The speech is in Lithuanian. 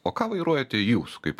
o ką vairuojate jūs kaip